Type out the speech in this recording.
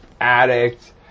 addict